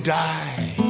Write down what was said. die